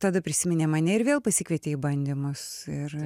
tada prisiminė mane ir vėl pasikvietė į bandymus ir